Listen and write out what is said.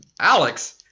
Alex